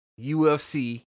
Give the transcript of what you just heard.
UFC